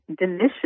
delicious